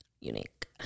unique